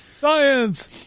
science